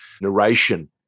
narration